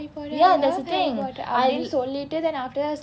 ya that's the thing I